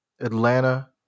Atlanta